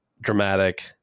dramatic